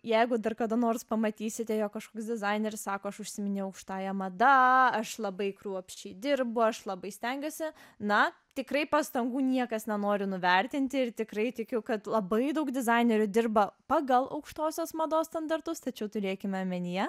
jeigu dar kada nors pamatysite jog kažkoks dizaineris sako aš užsiiminėju aukštąja mada aš labai kruopščiai dirbu aš labai stengiuosi na tikrai pastangų niekas nenori nuvertinti ir tikrai tikiu kad labai daug dizainerių dirba pagal aukštosios mados standartus tačiau turėkime omenyje